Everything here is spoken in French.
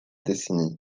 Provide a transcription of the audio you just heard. décennie